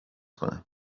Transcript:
کنم